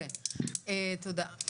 תודה.